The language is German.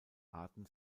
arten